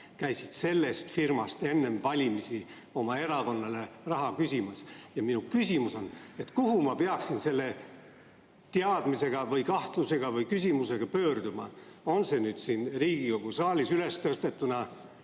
käisid sellest firmast enne valimisi oma erakonnale raha küsimas. Ja minu küsimus on: kuhu ma peaksin selle teadmise või kahtluse või küsimusega pöörduma? Kas see nüüd siin Riigikogu saalis üles tõstetuna